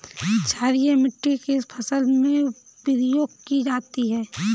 क्षारीय मिट्टी किस फसल में प्रयोग की जाती है?